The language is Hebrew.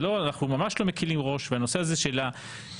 אנחנו ממש לא מקלים ראש בנושא הזה של נבצרות